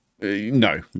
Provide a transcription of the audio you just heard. no